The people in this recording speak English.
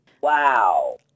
Wow